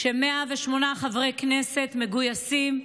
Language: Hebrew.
ש-108 חברי כנסת מגויסים,